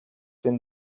wenn